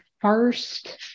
first